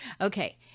Okay